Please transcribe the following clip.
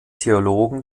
theologen